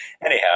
anyhow